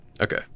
Okay